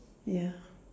ya